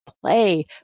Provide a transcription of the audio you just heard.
play